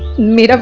me?